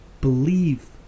believe